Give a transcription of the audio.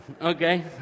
okay